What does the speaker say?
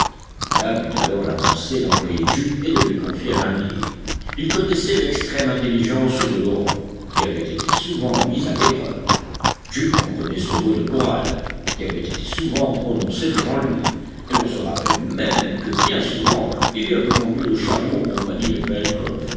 eut alors la pensée d'employer jup et de lui confier un billet il connaissait l'extrême intelligence de l'orang qui avait été souvent mise à l'épreuve jup comprenait ce mot de corral qui avait été souvent prononcé devant lui et l'on se rappelle même que bien souvent il y avait conduit le chariot en compagnie de